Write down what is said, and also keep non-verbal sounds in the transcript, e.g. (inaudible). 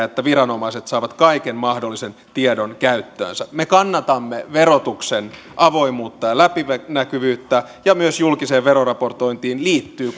(unintelligible) että viranomaiset saavat kaiken mahdollisen tiedon käyttöönsä me kannatamme verotuksen avoimuutta ja läpinäkyvyyttä myös julkiseen veroraportointiin liittyy (unintelligible)